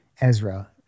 Ezra